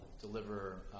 deliver